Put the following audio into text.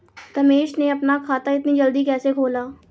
रमेश ने अपना खाता इतना जल्दी कैसे खोला?